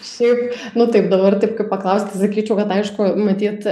šiaip nu taip dabar taip kaip paklausei tai sakyčiau kad aišku matyt